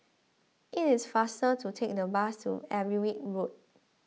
it is faster to take the bus to Everitt Road